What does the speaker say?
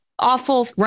Awful